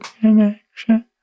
connection